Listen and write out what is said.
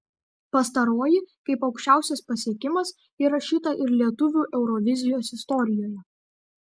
pastaroji kaip aukščiausias pasiekimas įrašyta ir lietuvių eurovizijos istorijoje